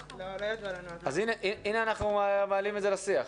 הנה אנחנו מעלים את זה לשיח.